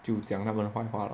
就讲他们坏话啦